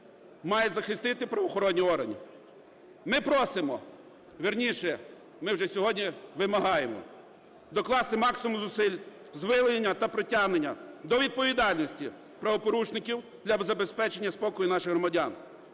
мають захистити правоохоронні органи. Ми просимо, вірніше, ми вже сьогодні вимагаємо докласти максимум зусиль з виявлення та притягнення до відповідальності правопорушників для забезпечення спокою наших громадян.